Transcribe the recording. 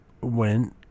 went